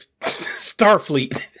starfleet